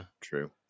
true